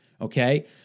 Okay